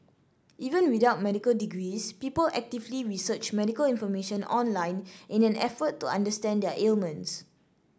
even without medical degrees people actively research medical information online in an effort to understand their ailments